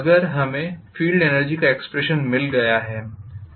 अब हमें field energy का एक्सप्रेशन मिल गया है